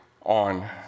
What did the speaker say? on